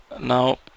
Now